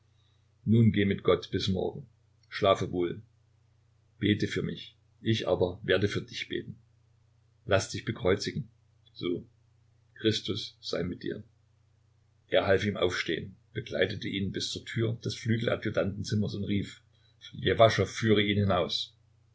nun geh mit gott bis morgen schlafe wohl bete für mich ich aber werde für dich beten laß dich bekreuzigen so christus sei mit dir er half ihm aufstehen begleitete ihn bis zur tür des flügeladjutantenzimmers und rief ljewaschow führe ihn hinaus